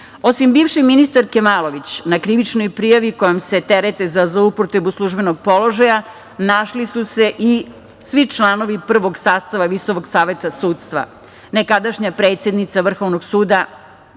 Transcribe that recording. bivše ministarke Malović, na krivičnoj prijavi kojom se terete za zloupotrebu službenog položaja našli su se i svi članovi pravog sastava Visokog saveta sudstva, nekadašnja predsednica Vrhovnog suda,